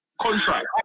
contract